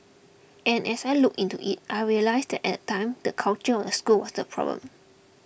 and as I looked into it I realised that at time the culture of the school was the problem